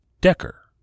Decker